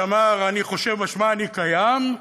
שאמר: אני חושב משמע אני קיים,